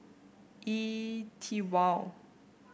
E TWOW